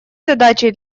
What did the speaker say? задачей